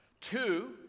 Two